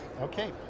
Okay